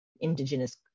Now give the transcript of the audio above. Indigenous